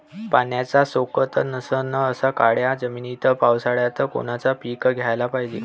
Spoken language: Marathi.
पाण्याचा सोकत नसन अशा काळ्या जमिनीत पावसाळ्यात कोनचं पीक घ्याले पायजे?